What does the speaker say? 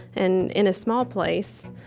and in a small place,